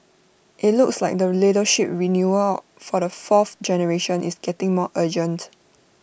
IT looks like the leadership renewal for the fourth generation is getting more urgent